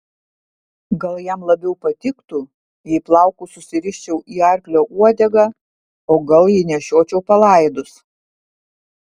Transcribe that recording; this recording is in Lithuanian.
gal jam labiau patiktų jei plaukus susiriščiau į arklio uodegą o gal jei nešiočiau palaidus